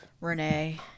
Renee